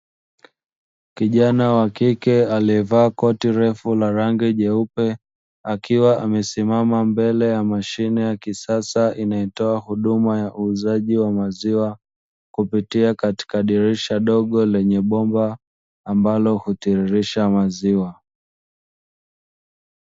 Kijana wa kike aliyevaa koti refu la rangi jeupe, akiwa amesimama mbele ya mashine ya kisasa inayotoa huduma ya uuzaji wa maziwa kupitia katika dirisha dogo lenye bomba ambalo hutiririsha maziwa.